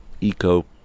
eco